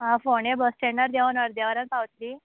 हांव फोण्यां बस स्टँडार देंवून अर्द्या वरान पावतलीं